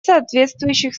соответствующих